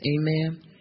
Amen